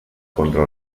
contra